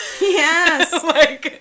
yes